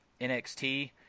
NXT